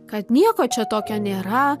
kad nieko čia tokio nėra